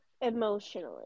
emotionally